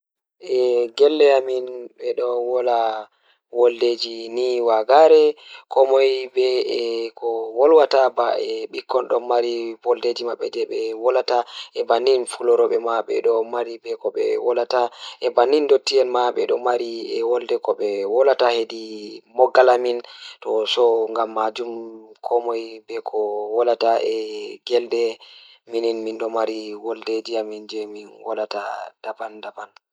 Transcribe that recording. Eh gelle amin o don wolwa nii vagaree komoi be ko e wolwata bikkon nii vagaare woldeeji mabbe jei be wolwata e bannin folo rewbe ma bedon mari be ko be wolwata e bannin dottien ma bedon mari be ko e wolwata hedi moggal amin to bannin eh bannin ngam maajum koomoi be ko wolwata e gelde min mindo mari woldeeji amin jei min woldata daban daban.